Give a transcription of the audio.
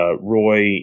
Roy